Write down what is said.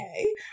okay